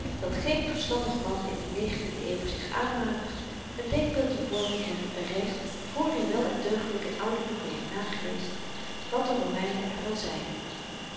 dat geen verstandig man in de negentiende eeuw zich aanmatigt n denkbeeld te vormen van recht voor i wel en deugdelyk in oude boeken heeft nagelezen wat de romeinen er